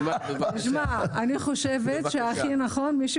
אני רוצה להגיד לך דבר אחד קטן.